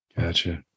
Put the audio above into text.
Gotcha